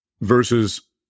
versus